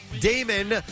Damon